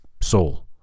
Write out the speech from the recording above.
soul